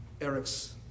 Eric's